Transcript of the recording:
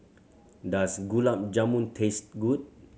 does Gulab Jamun taste good